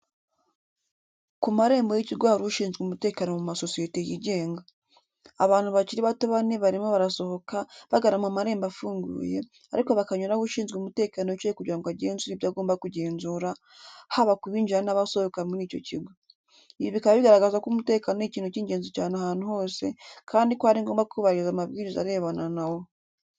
Ku marembo y'ikigo hari ushinzwe umutekano wo mu masosiyete yigenga. Abantu bakiri bato bane barimo barasohoka, bagana mu marembo afunguye, ariko bakanyura aho ushinzwe umutekano yicaye kugira ngo agenzure ibyo agomba kugenzura, haba ku binjira n'abasohoka muri icyo kigo. Ibi bikaba bigaragaza ko umutekano ari ikintu cy'ingenzi cyane ahantu hose, kandi ko ari ngombwa kubahiriza amabwiriza arebana na wo.